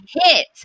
hit